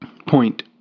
point